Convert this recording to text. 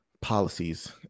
policies